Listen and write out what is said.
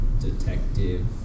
Detective